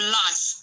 life